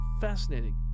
fascinating